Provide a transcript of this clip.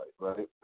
Right